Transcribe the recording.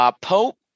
Pope